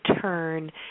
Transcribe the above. turn